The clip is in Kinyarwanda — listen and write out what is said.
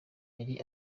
yari